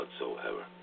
whatsoever